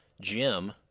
Jim